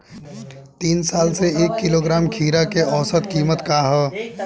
तीन साल से एक किलोग्राम खीरा के औसत किमत का ह?